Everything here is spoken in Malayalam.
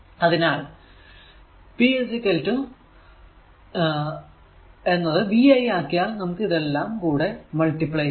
അതിനാൽ p എന്നത് vi ആക്കിയാൽ നമുക്ക് ഇതെല്ലാം കൂടെ മൾട്ടിപ്ലൈ ചെയ്യാം